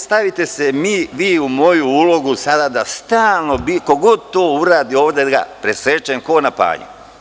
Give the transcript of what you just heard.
Stavite se vi u moju ulogu da sada ko god to uradi da ga presečem k'o na panju.